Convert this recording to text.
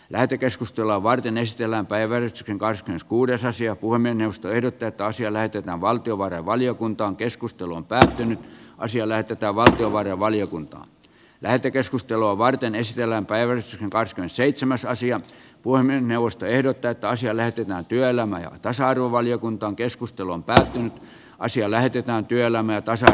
lähetekeskustelua varten nesteellä päivän cars kuudes asia kuin minusta ehdotti että asia lähetetään valtiovarainvaliokuntaankeskustelun tärkein asia lähetetään valtiovarainvaliokuntaan lähetekeskustelua varten ei siellä päivän paras on seitsemässä asian puiminen neuvosto ehdottaa kansio löytyy työelämän tasa arvovaliokunta keskustelun tärkein asia lähetetään työllämme tässä